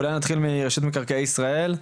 אולי נתחיל מרשות מקרקעי ישראל,